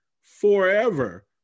forever